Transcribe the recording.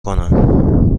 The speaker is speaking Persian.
کنم